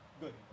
Good